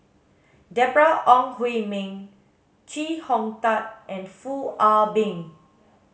Deborah Ong Hui Min Chee Hong Tat and Foo Ah Bee